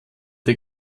der